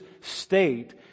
state